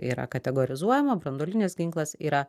yra kategorizuojama branduolinis ginklas yra